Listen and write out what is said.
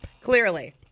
Clearly